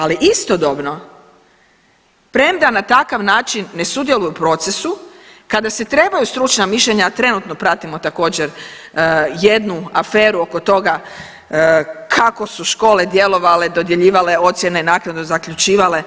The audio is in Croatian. Ali istodobno premda na takav način ne sudjeluje u procesu kada se trebaju stručna mišljenja, a trenutno pratimo također jednu aferu oko toga kako su škole djelovale, dodjeljivale ocjene i naknadno zaključivale,